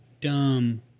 dumb